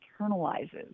internalizes